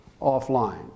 offline